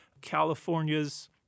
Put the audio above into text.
California's